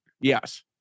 Yes